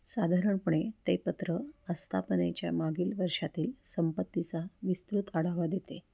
साधारणपणे ते पत्र अस्थापनेच्या मागील वर्षातील संपत्तीचा विस्तृत आढावा देते